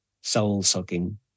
soul-sucking